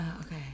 Okay